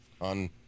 on